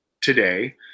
today